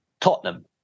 Tottenham